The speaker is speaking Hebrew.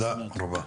תודה רבה.